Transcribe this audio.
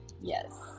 Yes